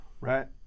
Right